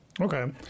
Okay